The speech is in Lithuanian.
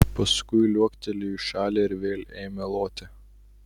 paskui liuoktelėjo į šalį ir vėl ėmė loti